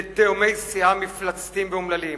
ל'תאומי סיאם' מפלצתיים ואומללים?